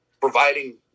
providing